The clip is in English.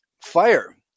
fire